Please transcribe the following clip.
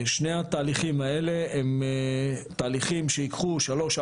שני התהליכים האלה הם תהליכים שייקחו שלוש,